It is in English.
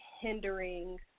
hindering